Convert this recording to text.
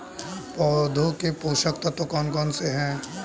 पौधों के पोषक तत्व कौन कौन से हैं?